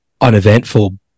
uneventful